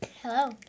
hello